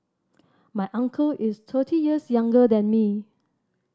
my uncle is thirty years younger than me